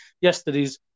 yesterday's